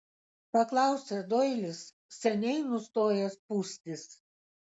paklausė doilis seniai nustojęs pūstis